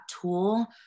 tool